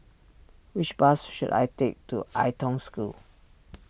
which bus should I take to Ai Tong School